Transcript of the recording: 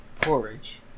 porridge